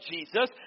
Jesus